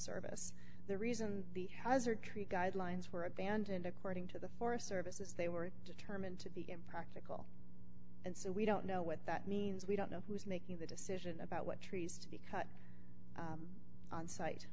service the reason the hazard treat guidelines were abandoned according to the forest service is they were determined to be impractical and so we don't know what that means we don't know who's making the decision about what trees